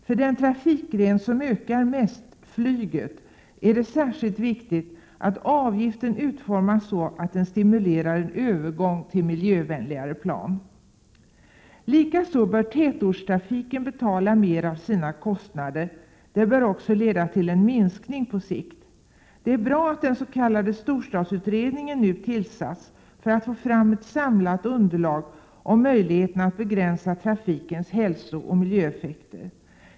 För den trafikgren som ökar mest — flyget — är det särskilt viktigt att avgiften utformas så att den stimulerar en övergång till miljövänligare flygplan. Likaså bör tätortstrafiken betala en större del av sina kostnader. Detta bör också på sikt leda till en minskning av tätortstrafiken. Det är bra att den s.k. Prot. 1987/88:126 storstadsutredningen nu tillsatts för att få fram ett samlat underlag om 25 maj 1988 möjligheterna att begränsa trafikens hälsooch miljöeffekter.